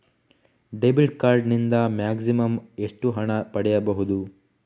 Debit card ನಿಂದ maximum ಎಷ್ಟು ಹಣ ಪಡೆಯಬಹುದು?